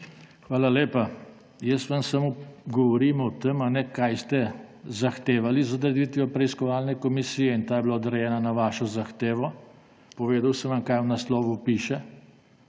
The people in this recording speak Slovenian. Hvala lepa. Jaz vam samo govorim o tem, kaj ste zahtevali z odreditvijo preiskovalne komisije, in ta je bila odrejena na vašo zahtevo. Povedal sem vam, kaj v naslovu te